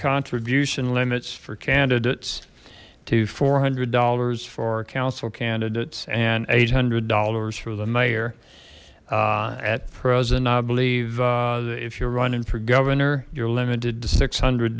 contribution limits for candidates to four hundred dollars for council candidates and eight hundred dollars for the mayor at present i believe if you're running for governor you're limited to six hundred